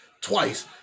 twice